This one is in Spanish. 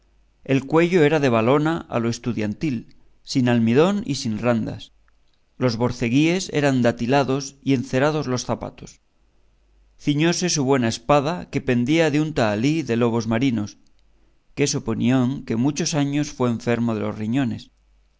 el cuello era valona a lo estudiantil sin almidón y sin randas los borceguíes eran datilados y encerados los zapatos ciñóse su buena espada que pendía de un tahalí de lobos marinos que es opinión que muchos años fue enfermo de los riñones